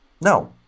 No